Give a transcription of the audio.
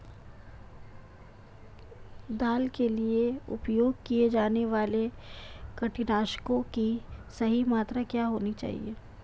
दाल के लिए उपयोग किए जाने वाले कीटनाशकों की सही मात्रा क्या होनी चाहिए?